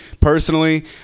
personally